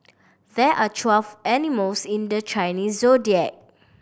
there are twelve animals in the Chinese Zodiac